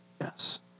yes